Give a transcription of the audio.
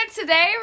Today